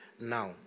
now